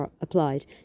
applied